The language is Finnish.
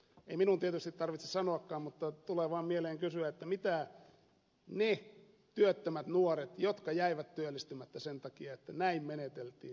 ei minun tietysti tarvitse sanoakaan mutta tulee vaan mieleen kysyä mitä sanovat ne työttömät nuoret jotka jäivät työllistymättä sen takia että näin meneteltiin